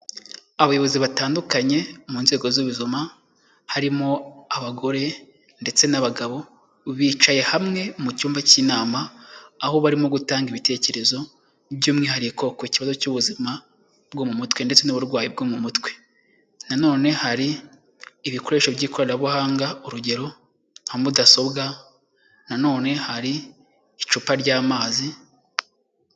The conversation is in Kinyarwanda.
Abayobozi batandukanye mu nzego z'ubuzima, harimo abagore ndetse n'abagabo, bicaye hamwe mu cyumba cy'inama, aho barimo gutanga ibitekerezo, by'umwihariko ku kibazo cy'ubuzima bwo mu mutwe, ndetse n'uburwayi bwo mu mutwe, na none hari ibikoresho by'ikoranabuhanga, urugero nka mudasobwa, nanone hari icupa ry'amazi.